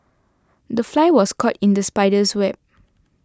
the fly was caught in the spider's web